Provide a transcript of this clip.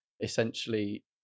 essentially